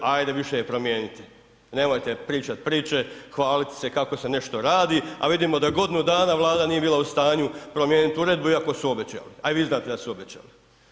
Ajde više je promijenite i nemojte pričati priče, hvaliti se kako se nešto radi, a vidimo da godinu dana Vlada nije bila u stanju promijeniti uredbu, iako su obećali, a i vi znate da su obećali.